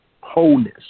wholeness